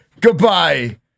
Goodbye